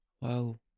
Wow